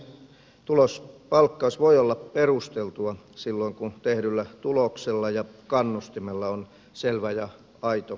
tulospalkkaus voi olla perusteltua silloin kun tehdyllä tuloksella ja kannustimella on selvä ja aito yhteys